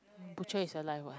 butcher is alive what